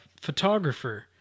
photographer